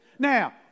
Now